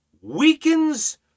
weakens